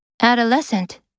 Adolescent